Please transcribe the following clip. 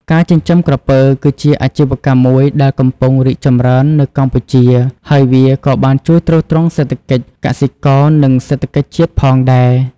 ការចិញ្ចឹមក្រពើ គឺជាអាជីវកម្មមួយដែលកំពុងរីកចម្រើននៅកម្ពុជា ហើយវាក៏បានជួយទ្រទ្រង់សេដ្ឋកិច្ចកសិករ និងសេដ្ឋកិច្ចជាតិផងដែរ។